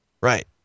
Right